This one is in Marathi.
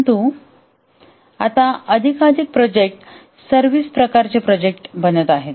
परंतु आता अधिकाधिक प्रोजेक्ट सर्व्हिस प्रकारचे प्रोजेक्ट बनत आहेत